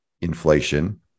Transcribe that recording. inflation